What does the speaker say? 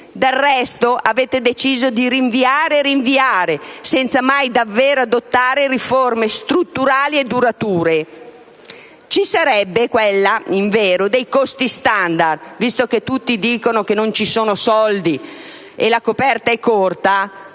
del resto: avete deciso di rinviare e rinviare, senza mai davvero adottare riforme strutturali e durature. Ci sarebbe quella, invero, dei costi *standard* (visto che tutti dicono che non ci sono soldi e la coperta è corta,